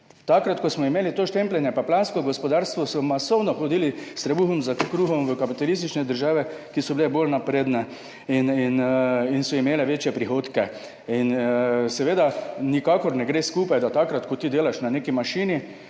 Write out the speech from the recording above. Takrat, ko smo imeli to štempljanje in plansko gospodarstvo, so masovno hodili s trebuhom za kruhom v kapitalistične države, ki so bile bolj napredne in so imele večje prihodke. Seveda nikakor ne gre skupaj, da takrat, ko ti delaš na neki mašini